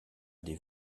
des